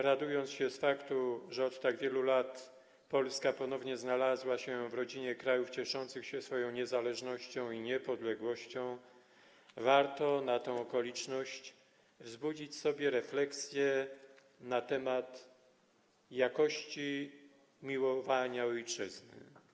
Radując się z faktu, że od tak wielu lat Polska ponownie znalazła się w rodzinie krajów cieszących się swoją niezależnością i niepodległością, warto na tę okoliczność wzbudzić w sobie refleksję na temat jakości miłowania ojczyzny.